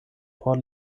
por